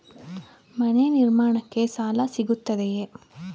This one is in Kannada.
ಮನೆ ನಿರ್ಮಾಣಕ್ಕೆ ಸಾಲ ಸಿಗುತ್ತದೆಯೇ?